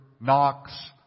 Knox